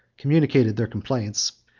communicated their complaints,